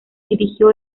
dirigió